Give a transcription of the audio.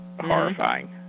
horrifying